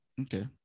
okay